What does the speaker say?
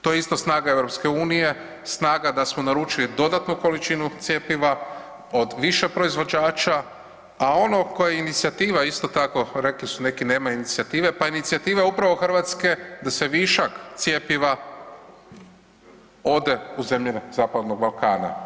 To je isto snaga EU, snaga da smo naručili dodatnu količinu cjepiva od više proizvođača, a ono koje je inicijativa isto tako rekli su neki nema inicijative, pa inicijativa je upravo Hrvatske da se višak cjepiva ode u zemlje Zapadnog Balkana.